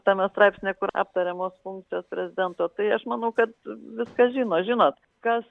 tame straipsnyje kur aptariamos funkcijos prezidento tai aš manau kad viską žino žino kas